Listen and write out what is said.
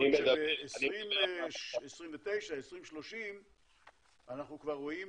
וב-2030-2029 אנחנו כבר רואים